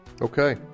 okay